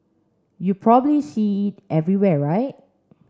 you probably see it everywhere right